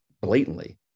blatantly